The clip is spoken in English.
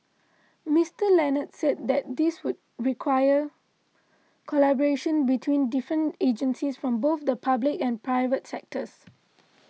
Mister Leonard said this would require collaboration between different agencies from both the public and private sectors